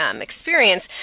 experience